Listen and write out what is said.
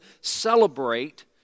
celebrate